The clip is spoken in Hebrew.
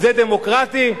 זה דמוקרטי?